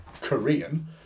Korean